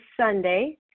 Sunday